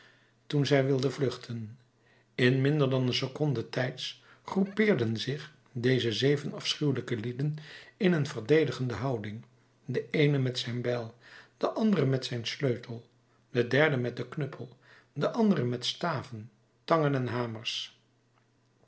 toen zij wilden vluchten in minder dan een seconde tijds groepeerden zich deze zeven afschuwelijke lieden in een verdedigende houding de eene met zijn bijl de andere met zijn sleutel de derde met den knuppel de anderen met staven tangen en hamers